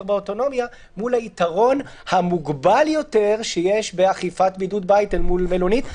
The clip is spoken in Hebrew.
באוטונומיה מול היתרון המוגבל יותר שיש באכיפת בידוד בית אל מול מלונית.